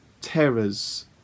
terrors